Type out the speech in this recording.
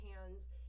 hands